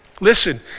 Listen